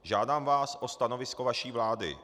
Žádám vás o stanovisko vaší vlády.